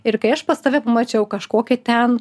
ir kai aš pas tave pamačiau kažkokį ten